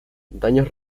daños